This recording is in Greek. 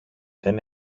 δεν